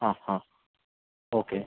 ആ ആ ഓക്കെ